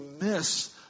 miss